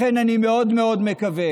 לכן אני מאוד מאוד מקווה,